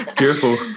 careful